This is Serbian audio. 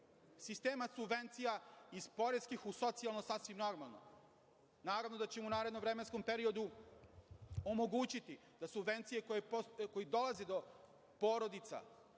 sistema subvencija iz poreskih u socijalno je sasvim normalno. Naravno da ćemo u narednom vremenskom periodu omogućiti da subvencije koje dolaze do porodica